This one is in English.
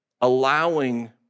allowing